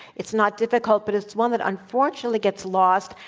it's not difficult, but it's one that unfortunately gets lost.